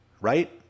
Right